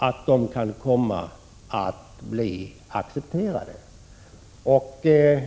Dessa kan då komma att bli accepterade.